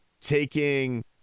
taking